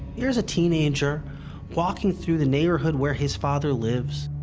here's a teenager walking through the neighborhood where his father lives,